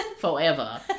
forever